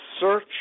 search